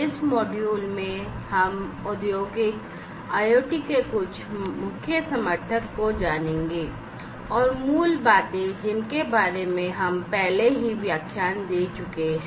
इस मॉड्यूल में हम औद्योगिक IoT के कुछ मुख्य समर्थक को जानेंगे और मूल बातें जिनके बारे में हम पहले ही व्याख्यान दे चुके हैं